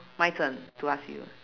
my turn to ask you